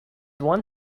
one